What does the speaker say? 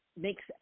makes